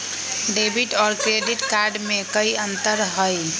Debit और credit card में कई अंतर हई?